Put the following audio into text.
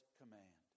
command